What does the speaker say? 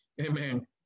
Amen